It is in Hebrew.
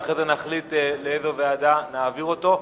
ואחרי זה נחליט לאיזו ועדה להעביר אותו.